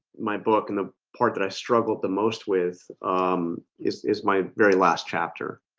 my book and the part that i struggled the most with um is is my very last chapter?